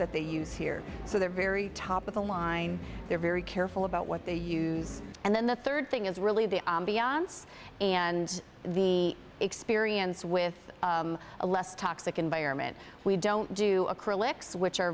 that they use here so they're very top of the line they're very careful about what they use and then the third thing is really the beyond's and the experience with a less toxic environment we don't do acrylics which are